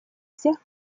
всех